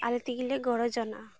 ᱟᱞᱮ ᱛᱮᱜᱮᱞᱮ ᱜᱚᱲᱚᱡᱚᱱᱚᱜᱼᱟ